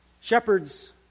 Shepherds